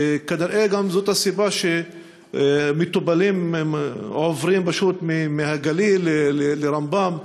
וכנראה גם זאת הסיבה שמטופלים עוברים פשוט מהגליל לרמב"ם.